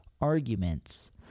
arguments